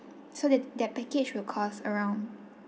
so that that package will cost around